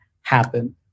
happen